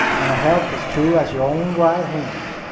and a health as true as your own right hand.